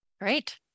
Great